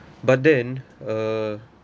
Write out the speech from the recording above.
but then uh